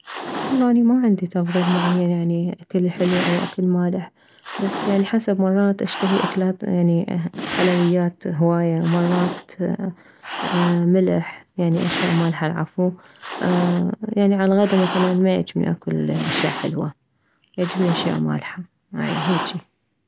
والله اني ما عندي يعني تفضيل معين اكل حلو او اكل مالح بس يعني حسب مرات اشتهي اكلات يعني حلويات هواية مرات ملح يعني اشياء مالحة العفو يعني عالغده مثلا مايعجبني اكل اشياء حلوة يعجبني اشياء مالحة هاي هيجي